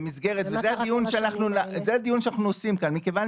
וזה הדיון שאנחנו עושים כאן מכיוון